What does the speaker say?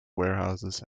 warehouses